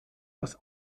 aus